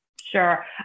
Sure